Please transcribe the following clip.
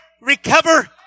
recover